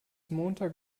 montag